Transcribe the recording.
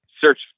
search